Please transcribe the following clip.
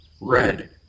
Red